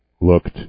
looked